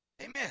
Amen